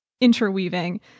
interweaving